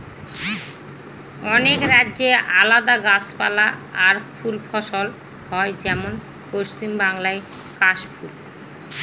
অনেক রাজ্যে আলাদা গাছপালা আর ফুল ফসল হয় যেমন পশ্চিম বাংলায় কাশ ফুল